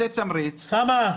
אפילו 5%. אוסאמה,